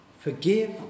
forgive